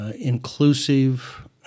inclusive